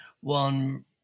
one